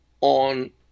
on